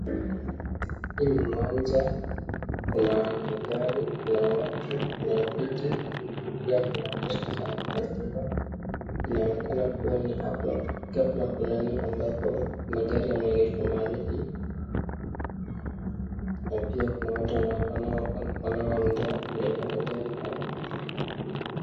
Hili eneo ni uwanja. Kuna magari na watu na viti. Hapa hapa ni sehemu ya kusimama. Inaonekana kuwa ni parking lot ndani ambapo magari yameegeshwa mahali hapa. Hapa pia kuna watu wanaongea mbele ya magari haya.